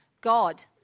God